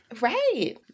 Right